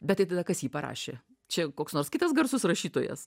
bet tai tada kas jį parašė čia koks nors kitas garsus rašytojas